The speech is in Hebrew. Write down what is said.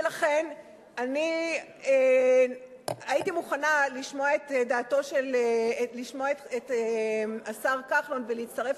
ולכן הייתי מוכנה לשמוע את דעתו של השר כחלון ולהצטרף